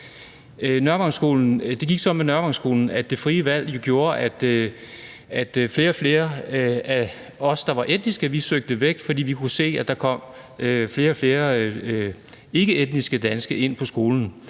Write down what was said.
Det gik sådan med Nørrevangsskolen, at det frie valg gjorde, at flere og flere af os, der var etnisk danske, søgte væk, fordi vi kunne se, at der kom flere og flere ikkeetnisk danske ind på skolen.